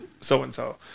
so-and-so